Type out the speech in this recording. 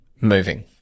moving